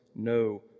no